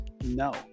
no